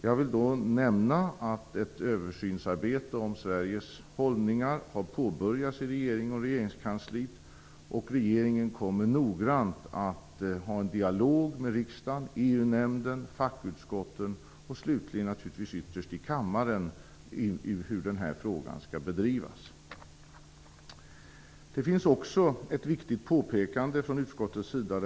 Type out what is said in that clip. Jag vill då nämna att ett översynsarbete om Sveriges hållning har påbörjats i regering och regeringskansli, och regeringen kommer noggrant att föra en dialog med riksdagen - i EU-nämnden, i fackutskotten och slutligen naturligtvis ytterst i kammaren - vad gäller hur den här frågan skall bedrivas. Utskottet gör också ett viktigt påpekande.